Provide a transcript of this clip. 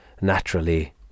naturally